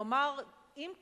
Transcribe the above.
הוא אמר: אם כבר,